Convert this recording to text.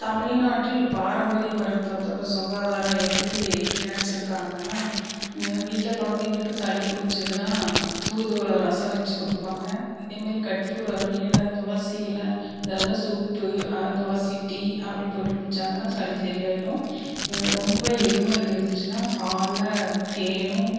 தமிழ்நாட்டில் பாரம்பரிய மருத்துவத்தோட சுகாதாரம் எப்படி இணைச்சிருக்காங்கன்னா என் வீட்டில் குழந்தைங்களுக்கு சளி பிடிச்சிதுன்னா தூதுவளை ரசம் வச்சி கொடுப்பங்க அதே மாரி கற்பூரவல்லி இல துளசி இல இதல்லாம் சூப்பு துளசி டீ அப்படி போட்டு குடிச்சாங்கன்னா சளி சரியாயிடும் ரொம்ப இருமல் இருந்துச்சின்னா பாலில் தேனும்